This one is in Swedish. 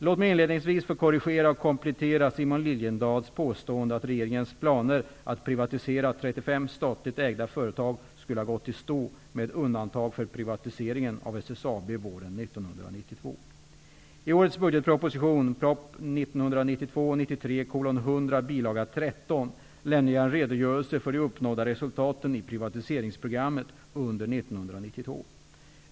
Låt mig inledningsvis få korrigera och komplettera Simon Liliedahls påstående att regeringens planer att privatisera 35 statligt ägda företag skulle ha gått i stå, med undantag för privatiseringen av SSAB 13) lämnade jag en redogörelse för de uppnådda resultaten i privatiseringsprogrammet under år 1992.